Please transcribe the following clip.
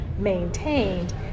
maintained